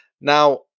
Now